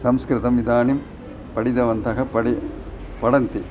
संस्कृतम् इदानीं पठितवन्तः पडि पठन्ति